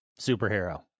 superhero